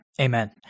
Amen